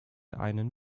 einen